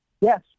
Yes